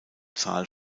zahl